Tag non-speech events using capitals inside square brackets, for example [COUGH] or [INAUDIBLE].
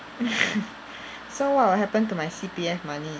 [LAUGHS] so what will happen to my C_P_F money